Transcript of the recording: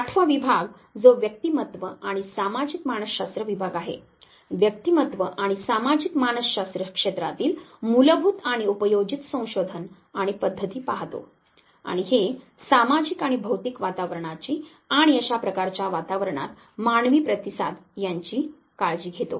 आठवा विभाग जो व्यक्तिमत्व आणि सामाजिक मानसशास्त्र विभाग आहे व्यक्तिमत्व आणि सामाजिक मानसशास्त्र क्षेत्रातील मूलभूत आणि उपयोजित संशोधन आणि पद्धती पाहतो आणि हे सामाजिक आणि भौतिक वातावरणाची आणि अशा प्रकारच्या वातावरणात मानवी प्रतिसाद यांची काळजी घेतो